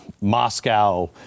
Moscow